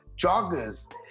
joggers